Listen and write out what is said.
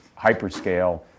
hyperscale